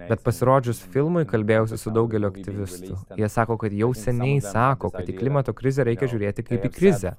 bet pasirodžius filmui kalbėjausi su daugeliu aktyvių jie sako kad jau seniai sako kad tik klimato krizę reikia žiūrėti kaip į krizę